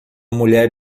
mulher